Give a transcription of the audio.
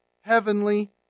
Heavenly